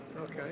Okay